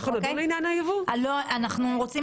אנחנו דנים